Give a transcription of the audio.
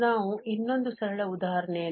ನಾವು ಇನ್ನೊಂದು ಸರಳ ಉದಾಹರಣೆಯನ್ನು ಪರಿಗಣಿಸಬಹುದು